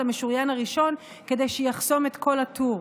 המשוריין הראשון כדי שיחסום את כל הטור.